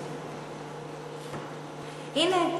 הנה,